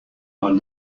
حال